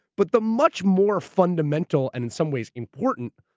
but the much more fundamental, and in some ways important,